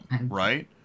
Right